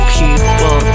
people